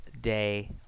day